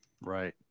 right